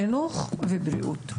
חינוך ובריאות.